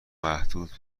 محدود